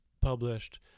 published